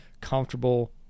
comfortable